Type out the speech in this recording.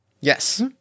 Yes